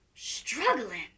Struggling